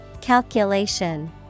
Calculation